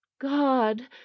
God